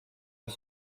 des